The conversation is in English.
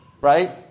Right